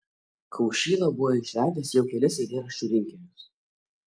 kaušyla buvo išleidęs jau kelis eilėraščių rinkinius